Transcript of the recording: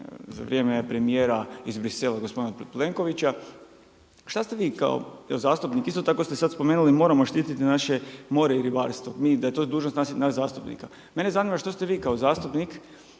za vrijeme premijera iz Bruxellesa gospodina Plenkovića. Što ste vi kao zastupnik isto tako ste sad spomenuli moramo štititi naše more i ribarstvo, da je dužnost to nas zastupnika. Mene zanima što ste vi kao zastupnik